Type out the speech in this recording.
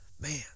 man